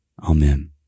Amen